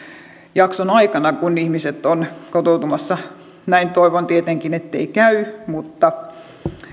jakson aikana kun ihmiset ovat kotoutumassa toivon tietenkin ettei näin käy mutta